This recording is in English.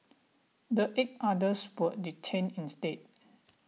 the eight others were detained instead